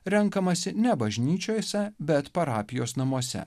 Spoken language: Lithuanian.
renkamasi ne bažnyčiose bet parapijos namuose